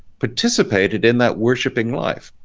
participated in that worshiping life.